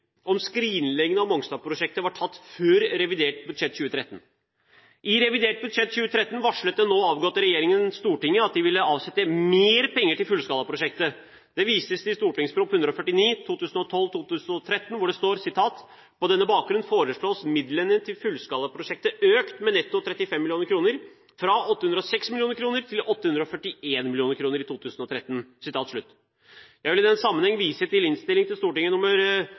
om den reelle beslutningen om skrinleggingen av Mongstad-prosjektet var tatt før revidert budsjett 2013. I revidert budsjett 2013 varslet den nå avgåtte regjeringen Stortinget om at de ville avsette mer penger til fullskalaprosjektet. Det vises til Prop. 149 S for 2012–2013, hvor det står: «På denne bakgrunn foreslås midlene til fullskalaprosjektet økt med netto 35 mill. kroner, fra 806 mill. kroner til 841 mill. kroner i 2013.» Jeg vil i den sammenheng vise til